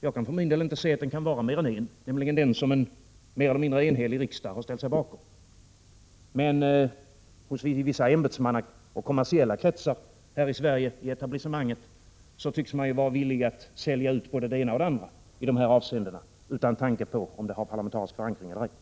Jag kan för min del inte se att den kan vara mer än en, nämligen den ståndpunkt som en enhällig riksdag har ställt sig bakom. Men i vissa ämbetsmannakretsar och kommersiella kretsar i etablissemanget i Sverige, tycks man vara villig att sälja ut både det ena och det andra i dessa avseenden utan tanke på om det har parlamentarisk förankring eller ej.